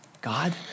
God